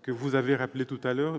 que vous avez rappelés, à savoir :